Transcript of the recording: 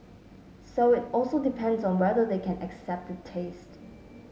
so it also depends on whether they can accept the taste